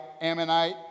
Ammonite